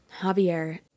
Javier